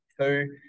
two